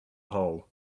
hole